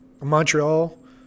Montreal